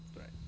Right